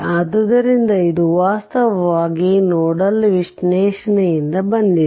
ಆದ್ದರಿಂದ ಇದು ವಾಸ್ತವವಾಗಿ ನೋಡಲ್ ವಿಶ್ಲೇಷಣೆಯಿಂದ ಬಂದಿದೆ